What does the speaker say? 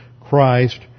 Christ